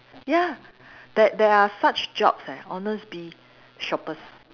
ya there there are such jobs eh honestbee shoppers